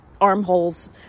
armholes